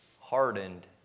hardened